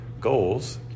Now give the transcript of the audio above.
goals